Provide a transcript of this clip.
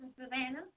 Savannah